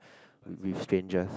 with strangers